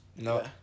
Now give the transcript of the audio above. No